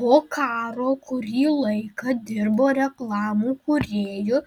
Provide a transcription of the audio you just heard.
po karo kurį laiką dirbo reklamų kūrėju